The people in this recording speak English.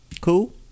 Cool